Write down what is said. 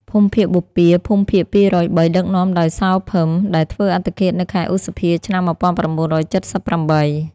ភូមិភាគបូព៌ា (ភូមិភាគ២០៣) ដឹកនាំដោយ សោ ភឹម ដែលធ្វើអត្តឃាតនៅខែឧសភា ឆ្នាំ១៩៧៨។